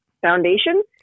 foundation